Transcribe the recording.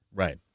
Right